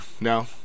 No